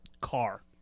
car